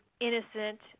innocent